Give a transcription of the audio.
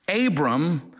Abram